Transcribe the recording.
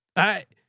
i,